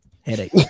Headache